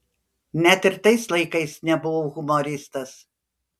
net ir tais laikais nebuvau humoristas